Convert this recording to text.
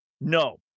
No